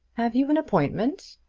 have you an appointment?